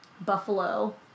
Buffalo